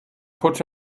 put